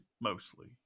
Mostly